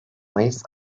mayıs